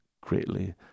greatly